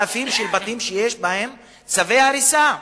אלפים של בתים שיש בהם צווי הריסה.